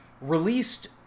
released